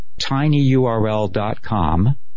tinyurl.com